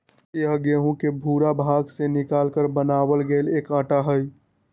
यह गेहूं के भूरा भाग के निकालकर बनावल गैल एक आटा हई